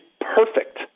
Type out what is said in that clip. perfect